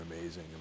amazing